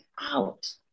out